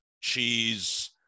cheese